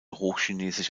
hochchinesisch